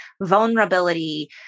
vulnerability